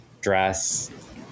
dress